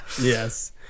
Yes